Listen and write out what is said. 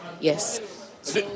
Yes